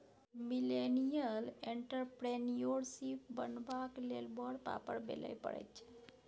millennial entrepreneurship बनबाक लेल बड़ पापड़ बेलय पड़ैत छै